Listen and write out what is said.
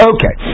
Okay